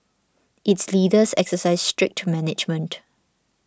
its leaders exercise strict management